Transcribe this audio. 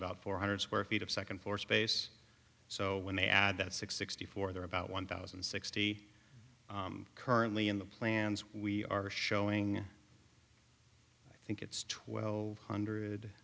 about four hundred square feet of second floor space so when they add that sixty four they're about one thousand and sixty currently in the plans we are showing i think it's twelve hundred